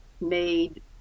made